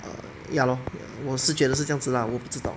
err ya lor 我是觉得是这样子 lah 我不知道